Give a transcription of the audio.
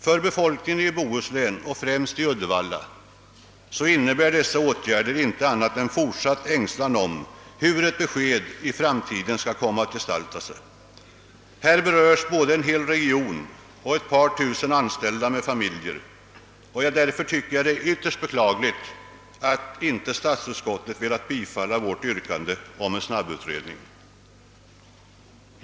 För befolkningen i Bohuslän och främst i Uddevalla innebär dessa åtgärder inte annat än fortsatt ängslan för hur ett be "sked om framtiden skall komma att gestalta sig. Här berörs både en hel region och ett par tusen anställda med familjer. Därför tycker jag att det är ytterst beklagligt att statsutskottet inte velat bifalla vårt yrkande om en snabb utredning.